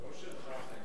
לא שלך כמובן.